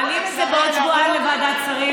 מעלים את זה בעוד שבועיים לוועדת שרים.